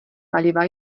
paliva